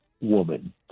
woman